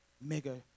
mega